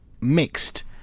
mixed